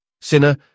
Sinner